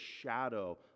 shadow